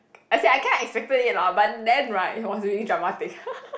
I say I kinda expected it lah but then right it was really dramatic